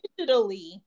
digitally